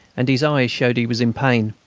and his eyes showed he was in pain.